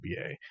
NBA